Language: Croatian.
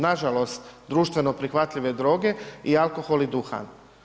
Nažalost, društveno prihvatljive droge i alkohol i duhan.